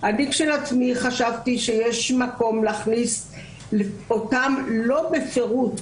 אני כשלעצמי חשבתי שיש מקום להכניס אותם לא בפירוט.